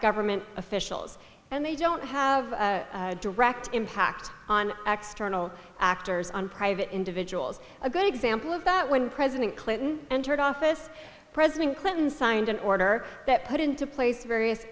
government officials and they don't have direct impact on acts journal actors on private individuals a good example of that when president clinton entered office president clinton signed an order that put into place various